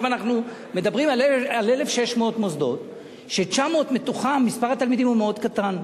אנחנו מדברים על 1,600 מוסדות שב-900 מתוכם מספר התלמידים הוא מאוד קטן.